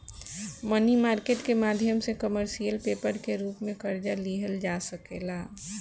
मनी market के माध्यम से कमर्शियल पेपर के रूप में कर्जा लिहल जा सकेला